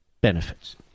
benefits